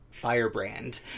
firebrand